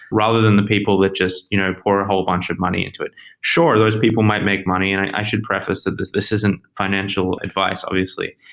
rather than the people that just you know pour a whole bunch of money into it sure, those people might make money and i should preface that this this isn't financial advice obviously.